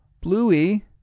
Bluey